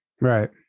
Right